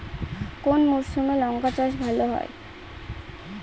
কোন মরশুমে লঙ্কা চাষ ভালো হয়?